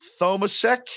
Thomasek